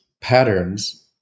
patterns